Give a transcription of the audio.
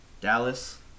Dallas